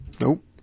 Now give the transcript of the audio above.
Nope